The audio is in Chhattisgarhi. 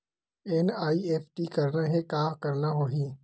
एन.ई.एफ.टी करना हे का करना होही?